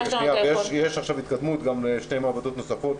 יש עכשיו התקדמות גם לשתי מעבדות נוספות,